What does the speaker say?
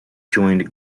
joined